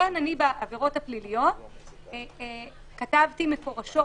לכן אני בעבירות הפליליות כתבתי מפורשות,